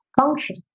function